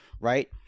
Right